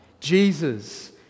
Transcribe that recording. Jesus